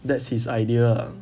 that's his idea ah